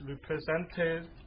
represented